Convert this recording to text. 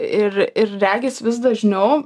ir ir regis vis dažniau